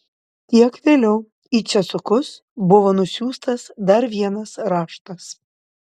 kiek vėliau į česukus buvo nusiųstas dar vienas raštas